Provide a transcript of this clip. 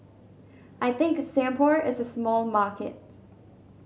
I think Singapore is a small market